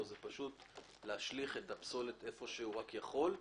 זה להשליך את הפסולת איפה שהוא רק יכול.